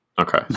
Okay